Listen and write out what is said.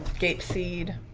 gapeseed!